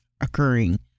occurring